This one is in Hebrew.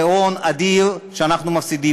זה הון אדיר שאנחנו מפסידים,